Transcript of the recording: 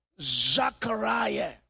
Zechariah